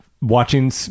watching